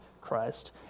Christ